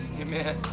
Amen